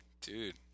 dude